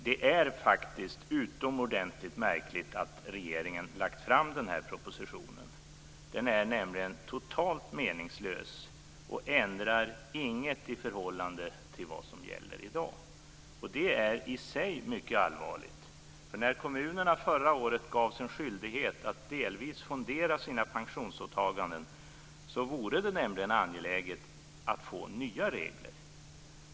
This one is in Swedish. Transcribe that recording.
Det är utomordentligt märkligt att regeringen har lagt fram den här propositionen. Den är nämligen totalt meningslös och ändrar inget i förhållande till vad som gäller i dag. Det är i sig mycket allvarligt. När kommunerna förra året gavs en skyldighet att delvis fondera sina pensionsåtaganden var det nämligen angeläget att få nya regler.